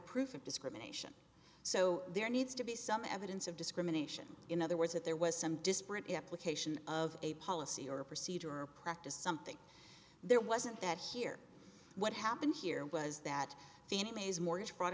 proof of discrimination so there needs to be some evidence of discrimination in other words that there was some disparate application of a policy or procedure or practice something there wasn't that here what happened here was that